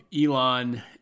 Elon